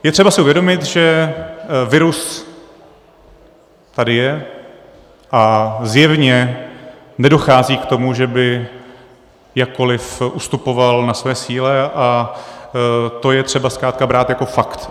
Je třeba si uvědomit, že virus tady je a zjevně nedochází k tomu, že by jakkoli ustupoval na své síle, a to je třeba zkrátka brát jako fakt.